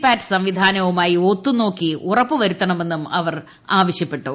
പാറ്റ് സംവിധാനവുമായി ഒത്തുനോക്കി ഉറപ്പുവരുത്തണമെന്നും അവർ ആവശ്യപ്പെട്ടു